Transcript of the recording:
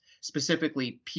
specifically